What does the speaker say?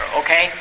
okay